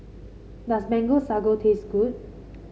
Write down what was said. does Mango Sago taste good